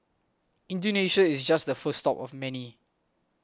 Indonesia is just the first stop of many